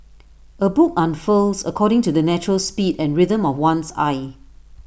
A book unfurls according to the natural speed and rhythm of one's eye